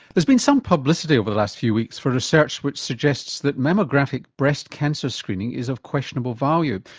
there's been some publicity over the last few weeks for research which suggests that mammographic breast cancer screening is of questionable value.